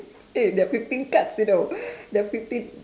eh there are fifteen cards you know there are fifteen